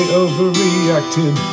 overreacted